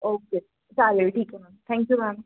okay चालेल ठीक आहे मॅम थँक्यू मॅम